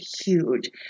huge